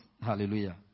Hallelujah